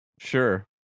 Sure